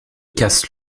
casse